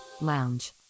lounge